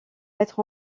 mettre